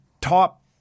top